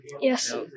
Yes